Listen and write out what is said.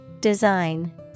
Design